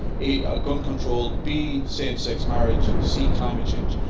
a, gun control. b, same sex marriage. c, climate change.